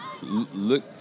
Look